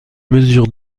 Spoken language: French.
mesure